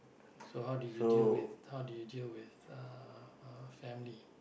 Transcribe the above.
so how did you deal with how did you deal with uh uh family